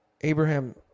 Abraham